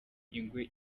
ingwe